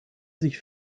sich